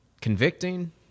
convicting